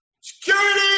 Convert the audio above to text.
Security